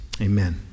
Amen